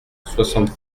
soixante